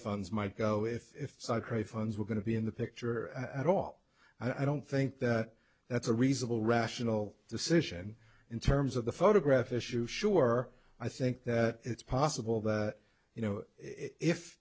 funds might go if cypre funds were going to be in the picture at all i don't think that that's a reasonable rational decision in terms of the photograph issue sure i think that it's possible that you know if